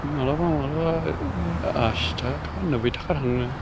मालाबा मालाबा बिदिनो आसि थाखा नोबै थाखा थाङो